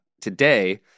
today